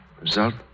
Result